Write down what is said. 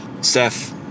Steph